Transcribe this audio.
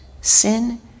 sin